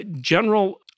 General